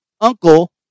Uncle